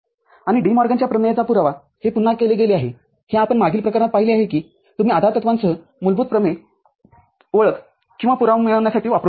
आणि डी मॉर्गनच्या प्रमेयचा पुरावा हे पुन्हा केले गेले आहे हे आपण मागील प्रकरणात पाहिले आहे की तुम्ही आधारतत्वांसह मूलभूत प्रमेय ओळख आणि किंवा पुरावा मिळविण्यासाठी वापरू शकता